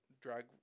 drag